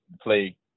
play